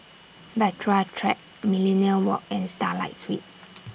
Bahtera Track Millenia Walk and Starlight Suites